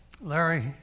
Larry